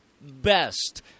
best